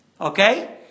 Okay